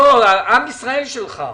עם ישראל שלך.